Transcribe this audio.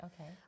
Okay